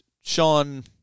Sean